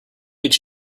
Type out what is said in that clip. each